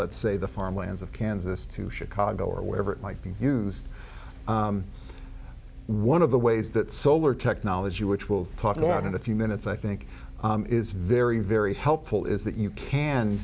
let's say the farmlands of kansas to chicago or wherever it might be used one of the ways that solar technology which will talk it out in a few minutes i think is very very helpful is that you can